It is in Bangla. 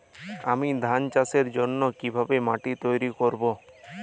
আমি ধান চাষের জন্য কি ভাবে মাটি তৈরী করব?